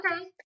Okay